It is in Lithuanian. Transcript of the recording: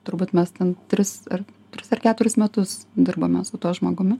turbūt mes ten tris ar tris ar keturis metus dirbome su tuo žmogumi